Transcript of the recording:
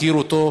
הזכירו אותו,